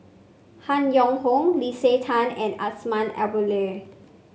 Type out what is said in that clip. Han Yong Hong Leslie Tay and Azman Abdullah